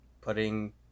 putting